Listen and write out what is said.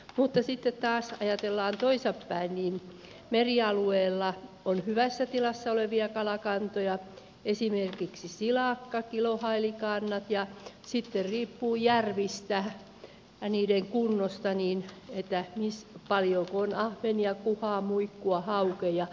mutta kun ajatellaan toisinpäin niin merialueella on hyvässä tilassa olevia kalakantoja esimerkiksi silakka kilohailikannat ja sitten riippuu järvistä niiden kunnosta paljonko on ahvenia kuhaa muikkua haukia ja niin edelleen